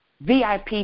VIP